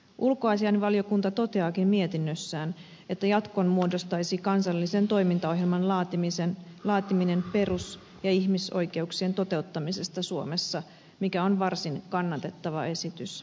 ulkoasiainvaliokunta toteaakin mietinnössään että jatkon muodostaisi kansallisen toimintaohjelman laatiminen perus ja ihmisoikeuksien toteuttamisesta suomessa mikä on varsin kannatettava esitys